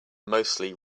mostly